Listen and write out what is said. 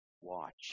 Watch